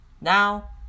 Now